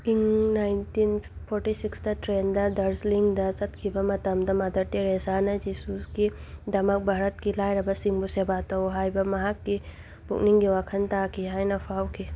ꯏꯪ nineteen forty ꯁꯤꯛꯁꯇ ꯇ꯭ꯔꯦꯟꯗ ꯗꯥꯔꯖꯤꯂꯤꯡꯗ ꯆꯠꯈꯤꯕ ꯃꯇꯝꯗ ꯃꯥꯗꯔ ꯇꯦꯔꯦꯁꯥꯅ ꯖꯤꯁꯨꯒꯤꯗꯃꯛ ꯚꯥꯔꯠꯀꯤ ꯂꯥꯏꯔꯕꯁꯤꯡꯕꯨ ꯁꯦꯕꯥ ꯇꯧ ꯍꯥꯏꯕ ꯃꯍꯥꯛꯀꯤ ꯄꯨꯛꯅꯤꯡꯒꯤ ꯋꯥꯈꯟ ꯇꯥꯈꯤ ꯍꯥꯏꯅ ꯐꯥꯎꯈꯤ